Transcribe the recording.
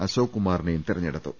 അശോക് കുമാറി നെയും തെരഞ്ഞെടുത്തു